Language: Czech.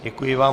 Děkuji vám.